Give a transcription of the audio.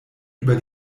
über